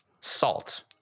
salt